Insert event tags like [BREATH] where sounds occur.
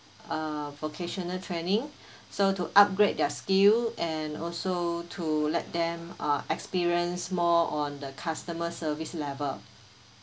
uh vocational training [BREATH] so to upgrade their skill and also to let them uh experience more on the customer service level